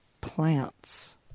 Plants